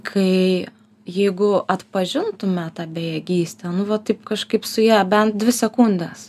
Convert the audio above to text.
kai jeigu atpažintume tą bejėgystę nu va taip kažkaip su ja ben sekundes